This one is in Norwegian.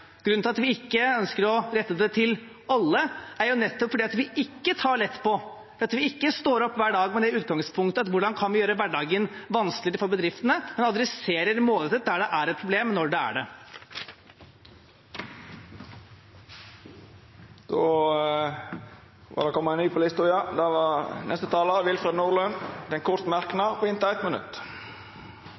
Grunnen til at vi ikke ønsker å rette dem mot alle, er jo nettopp at vi ikke tar lett på det, at vi ikke står opp hver dag med utgangspunktet å gjøre hverdagen vanskeligere for bedriftene, men adresserer målrettet der det er et problem, når det er det. Representanten Willfred Nordlund har hatt ordet to gonger tidlegare og får ordet til ein kort merknad, avgrensa til 1 minutt. Jeg må følge opp tilsvaret som jeg fikk på